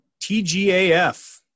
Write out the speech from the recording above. TGAF